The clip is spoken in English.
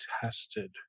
tested